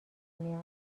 میاد